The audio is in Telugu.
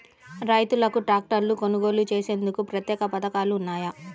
రైతులకు ట్రాక్టర్లు కొనుగోలు చేసేందుకు ప్రత్యేక పథకాలు ఉన్నాయా?